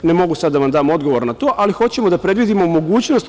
Ne mogu sada da vam dam odgovor na to, ali hoćemo da predvidimo mogućnost.